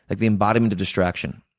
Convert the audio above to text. like the embodiment of distraction.